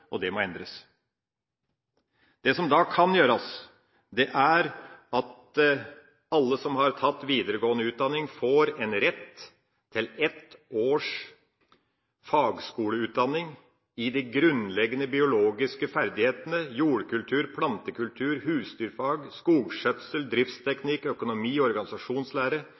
Det må endres. Det som da kan gjøres, er at alle som har tatt videregående utdanning, får rett til ett års fagskoleutdanning i de grunnleggende biologiske ferdighetene jordkultur, plantekultur, husdyrfag, skogskjøtsel, driftsteknikk og økonomi- og organisasjonslære